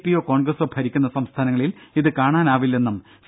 പിയോ കോൺഗ്രസോ ഭരിക്കുന്ന സംസ്ഥാനങ്ങളിൽ ഇത് കാണാൻ ആകില്ലെന്നും സി